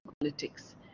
politics